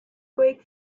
greek